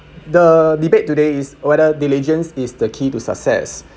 the debate today is whether diligence is the key to success